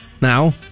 Now